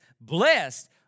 Blessed